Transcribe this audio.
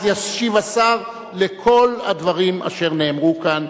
אז ישיב השר לכל הדברים אשר נאמרו כאן,